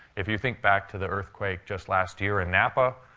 if you think back to the earthquake just last year in napa,